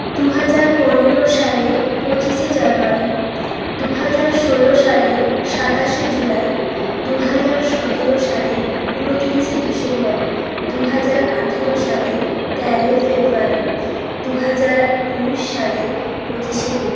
দু হাজার পনেরো সালের পঁচিশে জানুয়ারি দু হাজার ষোলো সালের সাতাশে জুলাই দু হাজার সতেরো সালের উনত্রিশে ডিসেম্বর দু হাজার আঠেরো সালের তেরোই ফেব্রুয়ারি দু হাজার উনিশ সালের পঁচিশে মে